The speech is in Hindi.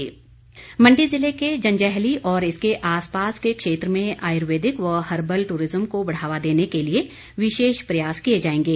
हर्बल टूरिजम मण्डी जिले के जंजैहली और इसके आसपास के क्षेत्र में आयुर्वेदिक व हर्बल टूरिजम को बढ़ावा देने के लिए विशेष प्रयास किए जाएंगे